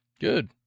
Good